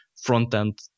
front-end